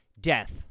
death